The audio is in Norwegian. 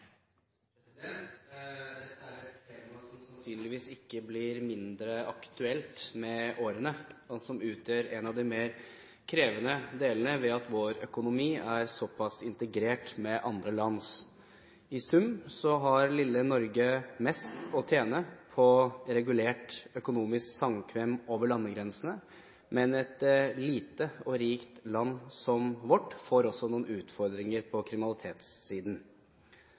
måte. Dette er et tema som sannsynligvis ikke blir mindre aktuelt med årene, og som utgjør en av de mer krevende delene ved at vår økonomi er såpass integrert med andre lands. I sum har lille Norge mest å tjene på regulert økonomisk samkvem over landegrensene, men et lite og rikt land som vårt får også noen utfordringer på kriminalitetssiden.